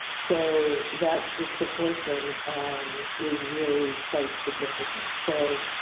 so, that disproportion is really quite significant. so,